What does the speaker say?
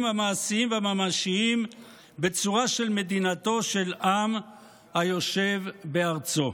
המעשים והממשיים בצורה של מדינתו של עם היושב בארצו.